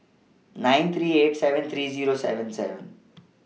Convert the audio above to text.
nine three eight seven three Zero seven seven